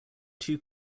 two